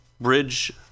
Bridge